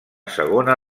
segona